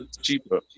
cheaper